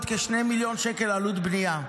עוד כ-2 מיליון שקל עלות בנייה.